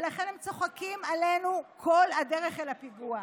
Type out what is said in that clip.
ולכן הם צוחקים עלינו כל הדרך אל הפיגוע.